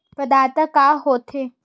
प्रदाता का हो थे?